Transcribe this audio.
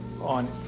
on